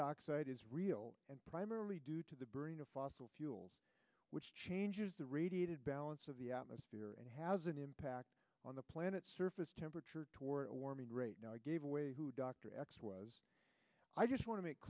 dioxide is real and primarily due to the burning of fossil fuels which changes the radiated balance of the atmosphere and has an impact on the planet's surface temperature torah warming great gave away who dr x was i just want to make